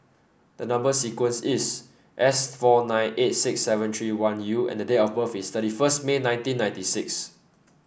the number sequence is S four nine eight six seven three one U and date of birth is thirty first May nineteen ninety six